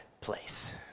place